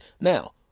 Now